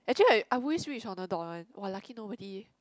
actually I I won't switch on the door one !wah! lucky nobody